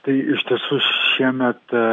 tai iš tiesų šiemet